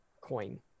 coin